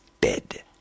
bed